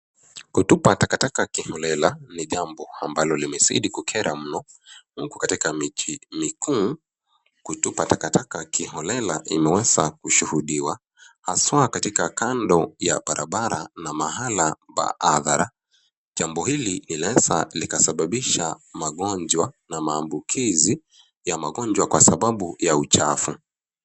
Kutupa takataka kiholela ni jambo ambalo limedizi kukera mno uku katika miji mikuu, kutupa takataka kiholela imeweza kushuhudiwa haswa katika kando ya barabara na mahala pa adhara. Jambo hili linaeza likasababisha magonjwa na maambukizi ya magonjwa kwa sababu ya uchafu.